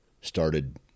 started